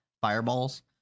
fireballs